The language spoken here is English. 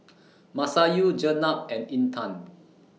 Masayu Jenab and Intan